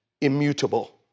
Immutable